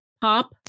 pop